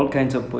okay